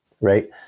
Right